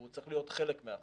והוא צריך להיות חלק מהחוק.